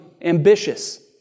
ambitious